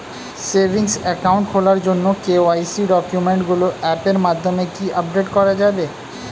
Savings account খোলার জন্য KYC ডকুমেন্টগুলো অ্যাপের মাধ্যমে কি আপডেট করা যাবে?